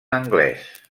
anglès